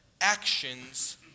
actions